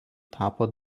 tapo